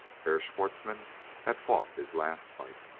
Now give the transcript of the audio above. herr schwartzmann had fought his last fight.